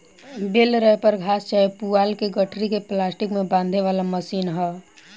बेल wrapper घास चाहे पुआल के गठरी के प्लास्टिक में बांधे वाला मशीन ह